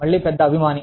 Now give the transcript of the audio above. మళ్ళీ పెద్ద అభిమాని